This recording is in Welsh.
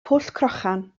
pwllcrochan